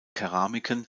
keramiken